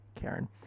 Karen